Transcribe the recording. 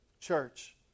Church